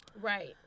Right